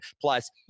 plus